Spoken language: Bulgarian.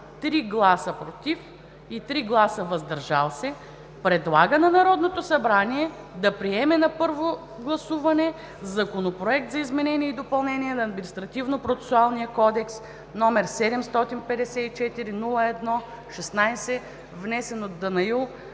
3 гласа „против“ и 3 гласа „въздържал се”, предлага на Народното събрание да приеме на първо гласуване Законопроекта за изменение и допълнение на Административнопроцесуалния кодекс, № 754-01-16, внесен от Данаил